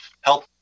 Help